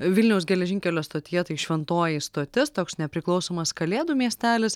vilniaus geležinkelio stotyje tai šventoji stotis toks nepriklausomas kalėdų miestelis